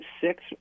six